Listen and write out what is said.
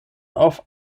auf